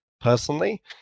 personally